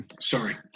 Sorry